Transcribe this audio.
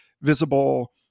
visible